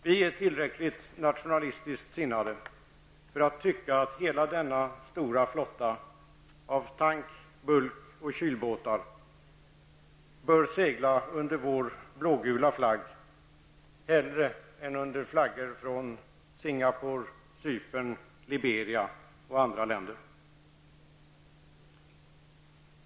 Vi är tillräckligt nationalistiskt sinnade för att tycka att hela denna stora flotta av tank-, bulk-, och kylbåtar bör segla under vår blågula flagg hellre än under flaggor från Singapore, Cypern, Liberia eller andra länder.